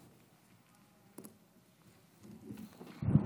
בבקשה, אדוני, שלוש דקות לרשותך.